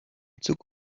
zug